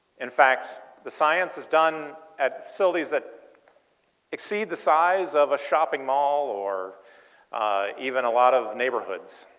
in fact the science is done at facilities that exceed the size of a shopping mall or even a lot of neighbourhoods.